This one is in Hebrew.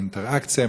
י"ט בסיוון התשע"ז (13 ביוני 2017)